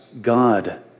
God